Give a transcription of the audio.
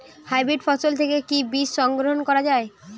Hybrid ফসল থেকে কি বীজ সংগ্রহ করা য়ায়?